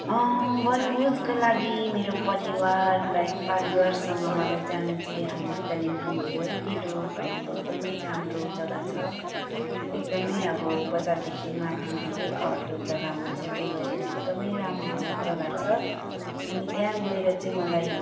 बनभोजको लागि मेरो परिवारसँग मलाई जानु चाहिँ हाम्रो कालिम्पोङको है डेलो एकदमै राम्रो जग्गा छ एकदमै अब बजारदेखि माथि धेरै अग्लो जग्गामा छ त्यो भएर चाहिँ एकदमै राम्रो जग्गा छ अनि त्यहाँ गएर चाहिँ मलाई